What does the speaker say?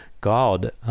God